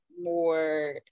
more